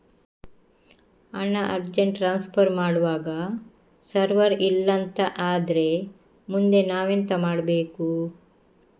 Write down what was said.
ಹಣ urgent transfer ಮಾಡ್ವಾಗ server ಇಲ್ಲಾಂತ ಆದ್ರೆ ಮುಂದೆ ನಾವೆಂತ ಮಾಡ್ಬೇಕು?